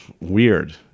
weird